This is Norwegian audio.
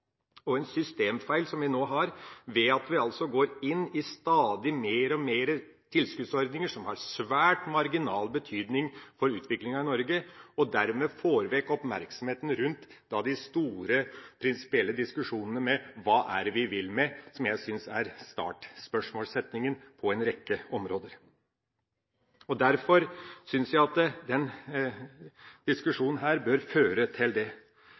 og en systemfeil at vi stadig går inn i flere og flere tilskuddsordninger som har svært marginal betydning for utviklinga i Norge, og dermed får vekk oppmerksomheten rundt de store prinsipielle diskusjonene om hva det er vi vil med dem – som jeg synes er startspørsmålssetningen på en rekke områder. Derfor synes jeg den diskusjonen her bør føre til det.